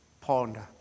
Ponder